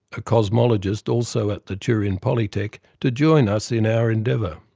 a cosmologist also at the turin polytechnic, to join us in our endeavour.